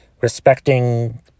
respecting